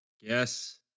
Yes